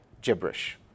gibberish